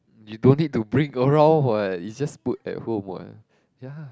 you don't need to bring around what you just put at home what ya